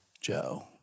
Joe